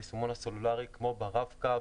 ביישומון הסלולארי כמו ברב-קו